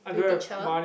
to teach her